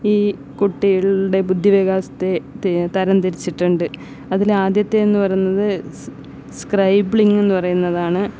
ഈ കുട്ടികളുടെ ബുദ്ധി വികാസത്തെ തെ തരം തിരിച്ചിട്ടുണ്ട് അതിലാദ്യത്തേതെന്നു പറയുന്നത് സ് സ്ക്രൈബ്ലിങ് എന്നുപറയുന്നതാണ്